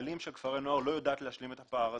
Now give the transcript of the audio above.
כבעלים של כפרי נוער לא יודעת להשלים את הפער הזה.